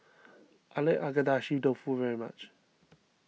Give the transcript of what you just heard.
I like Agedashi Dofu very much